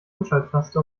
umschalttaste